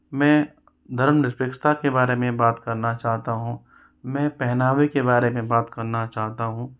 मैं धर्म के बारे में बात करना चाहता हूँ मैं पहनावे के बारे में बात करना चाहता हूँ